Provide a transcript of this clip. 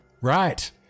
right